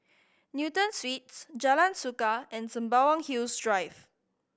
Newton Suites Jalan Suka and Sembawang Hills Drive